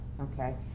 Okay